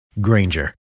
Granger